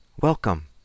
Welcome